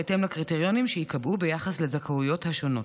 בהתאם לקריטריונים שייקבעו ביחס לזכאויות השונות.